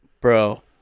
Bro